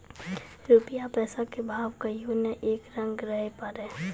रूपया पैसा के भाव कहियो नै एक रंग रहै पारै